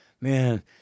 man